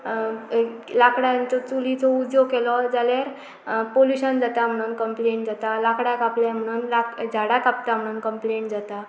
लांकडांचो चुलीचो उजो केलो जाल्यार पोल्युशन जाता म्हणून कंमपलेन जाता लांकडां कापलें म्हणून झाडां कापता म्हणून कंप्लेट जाता